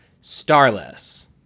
Starless